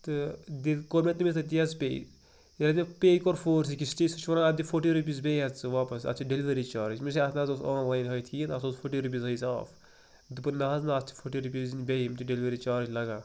تہٕ دِتۍ کوٚر مےٚ تٔمِس تٔتی حظ پے ییٚلہِ حظ مےٚ پے کوٚر فور سِکِسٹی سُہ چھُ وَنان اَتھ دِ فورٹی روپیٖز بیٚیہِ حظ ژٕ واپَس اَتھ چھِ ڈیٚلؤری چارٕج مےٚ دۄپمَس ہے اَتھ نَہ حظ اوس آنلایِن ہٲیِتھ کِہیٖنۍ اَتھ اوس فورٹی روپیٖز ہٲیِتھ آف دوٚپُن نَہ حظ نَہ اَتھ چھِ فورٹی روپیٖز دِنۍ بیٚیہِ یِم چھِ ڈیٚلؤری چارٕج لگان